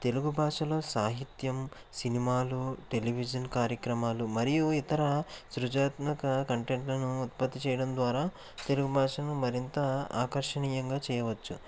తెలుగు భాషలో సాహిత్యం సినిమాలు టెలివిజన్ కార్యక్రమాలు మరియు ఇతర సృజాత్మక కంటెంట్లను ఉత్పత్తి చేయడం ద్వారా తెలుగు భాషను మరింత ఆకర్షణీయంగా చేయవచ్చు